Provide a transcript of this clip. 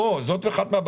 הם רוצים את זה בשביל הכסף.